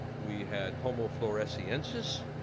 we had homo floresiensis,